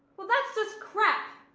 well, that's just crap.